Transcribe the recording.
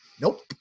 Nope